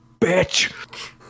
bitch